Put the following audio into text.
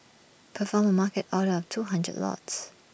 perform A market order of two hundred lots